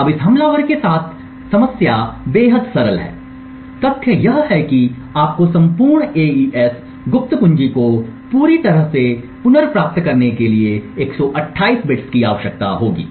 अब इस हमलावर के साथ समस्या बेहद सरल है तथ्य यह है कि आपको संपूर्ण एईएस गुप्त कुंजी को पूरी तरह से पुनर्प्राप्त करने के लिए 128 बिट्स की आवश्यकता होगी